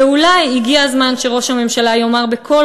ואולי הגיע הזמן שראש הממשלה יאמר בקול